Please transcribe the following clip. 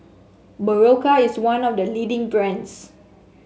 Berocca is one of the leading brands